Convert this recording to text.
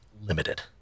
limited